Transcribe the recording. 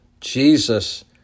Jesus